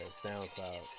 soundcloud